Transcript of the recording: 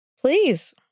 Please